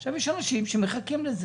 עכשיו, יש אנשים שמחכים לזה